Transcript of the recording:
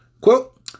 Quote